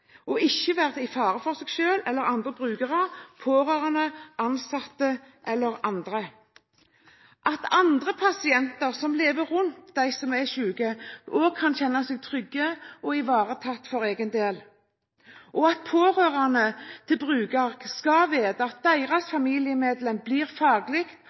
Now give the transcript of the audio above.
eller andre brukere, pårørende, ansatte eller andre at andre pasienter som lever rundt de som er syke, òg kan kjenne seg trygge og ivaretatt for egen del at pårørende til bruker skal vite at deres familiemedlem blir faglig